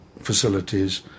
facilities